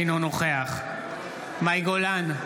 אינו נוכח מאי גולן,